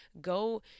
go